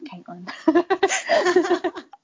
Caitlin